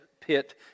pit